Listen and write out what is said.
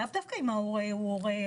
היה פה כאילו הורה שכול.